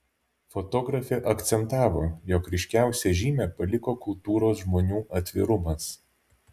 fotografė akcentavo jog ryškiausią žymę paliko kultūros žmonių atvirumas